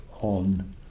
on